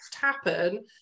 happen